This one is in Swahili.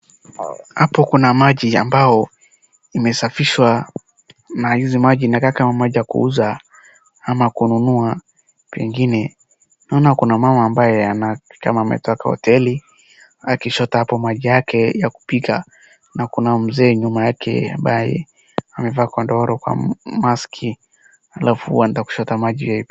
Hapo kuna maji ambayo imesafishwa na hizi maji inakaa kama maji ya kuuza ama kununua pengine, naona kuna mama ambaye anakaa kama ambaye anapika kwa hoteli akichota hapo maji yake ya kupika na kuna mzee nyuma yake ambaye amevaa godoro kwa maski halafu anaenda kuchota maji.